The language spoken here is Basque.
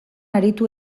aritu